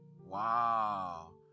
Wow